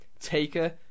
Taker